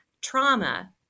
trauma